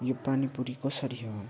यो पानी पुरी कसरी हो